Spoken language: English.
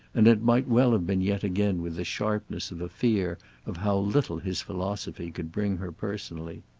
and it might well have been yet again with the sharpness of a fear of how little his philosophy could bring her personally.